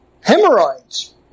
hemorrhoids